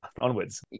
onwards